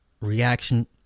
reaction